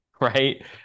Right